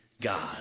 God